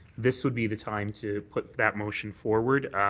this would be the time to put that motion forward.